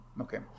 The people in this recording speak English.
Okay